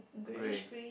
grey